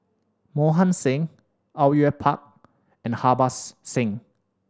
Mohan Singh Au Yue Pak and Harbans Singh